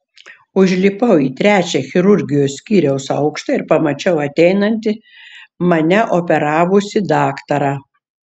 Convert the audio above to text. užlipau į trečią chirurgijos skyriaus aukštą ir pamačiau ateinantį mane operavusį daktarą